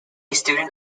student